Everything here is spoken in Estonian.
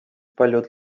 paljud